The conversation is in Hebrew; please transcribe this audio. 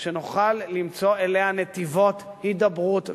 שנוכל למצוא אליה נתיבות הידברות ודיאלוג.